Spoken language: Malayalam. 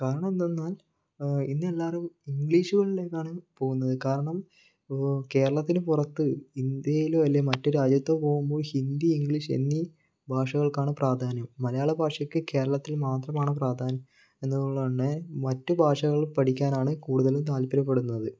കാരണം എന്തെന്നാൽ ഇന്നെല്ലാവരും ഇംഗ്ലീഷുകളിലേക്കാണ് പോകുന്നത് കാരണം കേരളത്തിന് പുറത്ത് ഇന്ത്യയിലോ അല്ലെങ്കിൽ മറ്റു രാജ്യത്തോ പോകുമ്പോൾ ഹിന്ദി ഇംഗ്ലീഷ് എന്നീ ഭാഷകൾക്കാണ് പ്രാധാന്യം മലയാളഭാഷയ്ക്ക് കേരളത്തിൽ മാത്രമാണ് പ്രാധാന്യം എന്നുള്ളത് തന്നെ മറ്റു ഭാഷകൾ പഠിക്കാനാണ് കൂടുതൽ താൽപര്യപ്പെടുന്നത്